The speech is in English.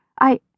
I-